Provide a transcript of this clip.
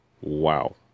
Wow